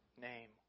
name